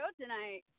tonight